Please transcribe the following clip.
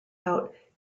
out